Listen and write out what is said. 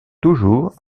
toujours